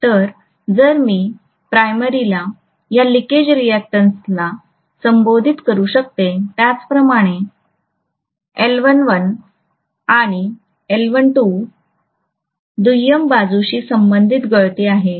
तर जर मी प्राइमरीला या लीकेज रिअॅक्टन्सला संबोधित करू शकते त्याचप्रमाणे Ll1 गळती Ll2 दुय्यम बाजूशी संबंधित गळती आहे